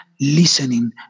listening